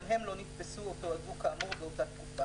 גם הם לא נתפסו או תועדו כאמור באותה תקופה".